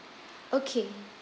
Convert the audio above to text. okay